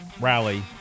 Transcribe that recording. rally